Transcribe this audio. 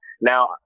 Now